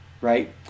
right